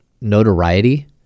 notoriety